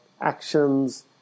actions